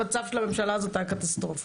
המצב של הממשלה הזאת היה קטסטרופה,